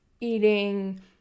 eating